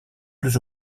plus